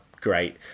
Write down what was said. great